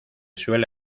suele